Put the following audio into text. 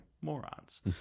morons